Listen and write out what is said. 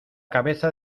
cabeza